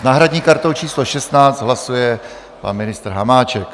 S náhradní kartou číslo 16 hlasuje pan ministr Hamáček.